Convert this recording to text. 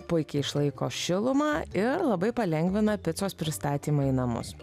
puikiai išlaiko šilumą ir labai palengvina picos pristatymą į namus